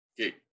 Okay